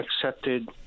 accepted